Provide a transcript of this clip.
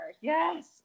yes